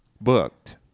booked